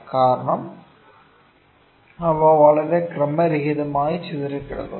കാരണം അവ വളരെ ക്രമരഹിതമായി ചിതറിക്കിടക്കുന്നു